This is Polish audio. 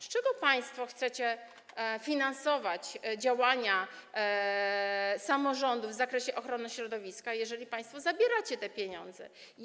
Z czego państwo chcecie finansować działania samorządów w zakresie ochrony środowiska, jeżeli państwo zabieracie te pieniądze?